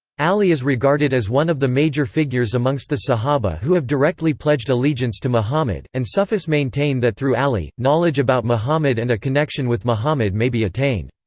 ali is regarded as one of the major figures amongst the sahaba who have directly pledged allegiance to muhammad, and sufis maintain that through ali, knowledge about muhammad and a connection with muhammad may be attained.